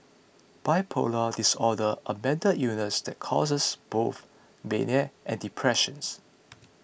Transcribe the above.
bipolar disorder a mental illness that causes both mania and depressions